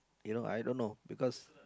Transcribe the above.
you know I don't know because